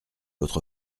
votre